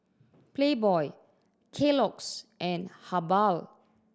Playboy Kellogg's and Habhal